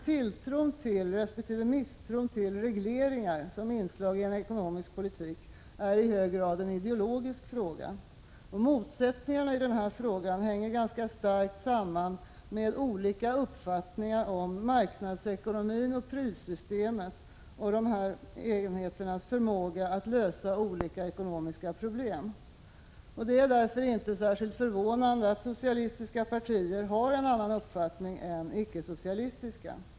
Tilltron till, resp. misstron mot regleringar som inslag i en ekonomisk politik är i hög grad en ideologisk fråga. Motsättningarna hänger starkt samman med olika uppfattningar om marknadsekonomin och prissystemet och dessas förmåga att lösa olika ekonomiska problem. Det är därför inte så förvånande att socialistiska partier i denna fråga har en annan uppfattning än borgerliga.